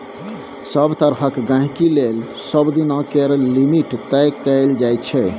सभ तरहक गहिंकी लेल सबदिना केर लिमिट तय कएल जाइ छै